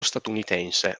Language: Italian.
statunitense